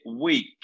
week